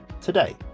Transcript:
today